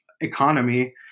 economy